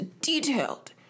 detailed